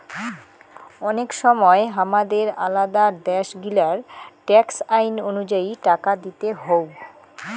অনেক সময় হামাদের আলাদা দ্যাশ গিলার ট্যাক্স আইন অনুযায়ী টাকা দিতে হউ